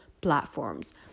platforms